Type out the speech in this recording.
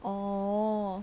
orh